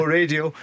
radio